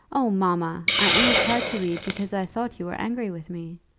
oh, mamma! i only tried to read, because i thought you were angry with me.